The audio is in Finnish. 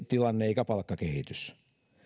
tilanne eikä palkkakehitys